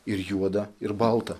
ir juoda ir balta